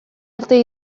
arte